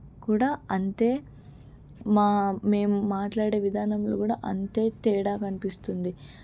కూడా అంతే మా మేము మాట్లాడే విధానంలో కూడా అంతే తేడా కనిపిస్తుంది